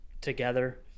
together